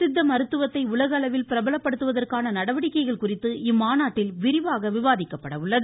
சித்த மருத்துவத்தை உலக அளவில் பிரபலப்படுத்துவதற்கான நடவடிக்கைகள் குறித்து இம்மாநாட்டில் விரிவாக விவாதிக்கப்பட உள்ளது